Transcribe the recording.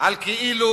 על כאילו